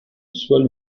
soit